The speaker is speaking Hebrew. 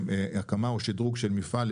להקמה או שדרוג של מפעל.